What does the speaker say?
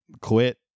quit